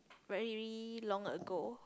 very long ago